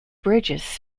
bridges